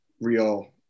real